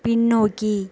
பின்னோக்கி